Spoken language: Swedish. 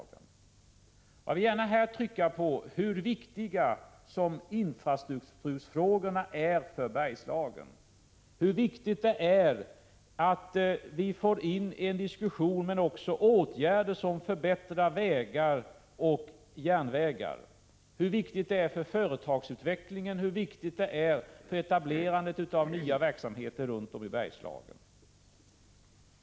Jag vill i detta sammanhang gärna trycka på hur viktiga infrastrukturfrågorna är för Bergslagen, hur viktigt det är att vi för en diskussion men också vidtar åtgärder för att förbättra vägar och järnvägar, hur viktigt det är för företagsutvecklingen och för etablerandet av nya verksamheter runt om i Bergslagen.